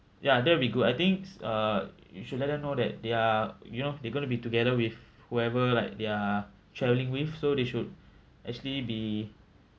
ya that'll be good I think uh you should let them know that they are you know they going to be together with whoever like they are travelling with so they should actually be